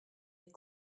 est